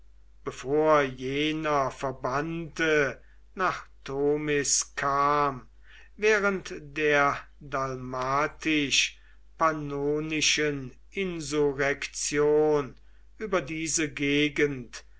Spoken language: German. bevor jener verbannte nach tomis kam während der dalmatisch pannonischen insurrektion über diese gegend